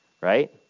right